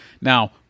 Now